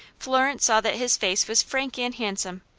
florence saw that his face was frank and handsome,